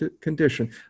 condition